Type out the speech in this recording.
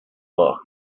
marc